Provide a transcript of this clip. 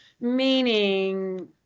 meaning